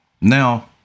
Now